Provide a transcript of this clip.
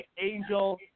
Angel